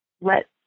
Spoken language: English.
let